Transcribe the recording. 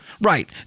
Right